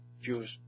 Jews